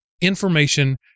information